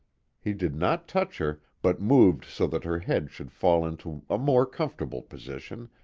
he did not touch her, but moved so that her head should fall into a more comfortable position,